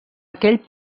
aquell